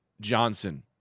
Johnson